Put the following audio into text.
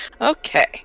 Okay